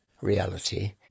reality